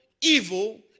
evil